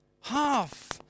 Half